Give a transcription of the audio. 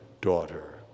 daughter